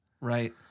Right